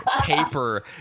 paper